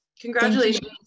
Congratulations